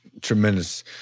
tremendous